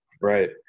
Right